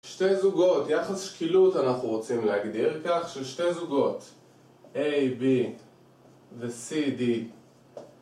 שתי זוגות, יחס שקילות אנחנו רוצים להגדיר כך, ששתי זוגות A, B ו-C, D